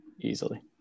Easily